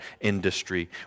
industry